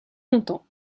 content